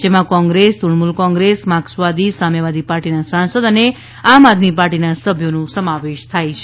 જેમાં કોંગ્રેસ તૃણમુલ કોંગ્રેસ માર્કસવાદી સામ્યવાદી પાર્ટીના સાંસદ અને આમ આદમી પાર્ટીના સભ્યોનો સમાવેશ થાય છે